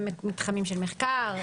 מתחמים של מחקר.